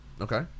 Okay